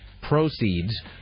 proceeds